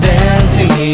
Dancing